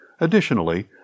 Additionally